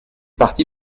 parti